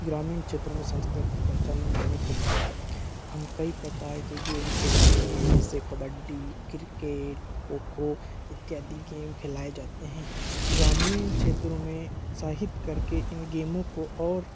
ग्रामीण क्षेत्र में संस्कृति पहचान बनाने के लिए हम कई प्रकार के गेम खेलते हैं जैसे कबड्डी क्रिकेट खो खो इत्यादि गेम खिलाए जाते हैं ग्रामीण क्षेत्रों में साहित करके इन गेमों को और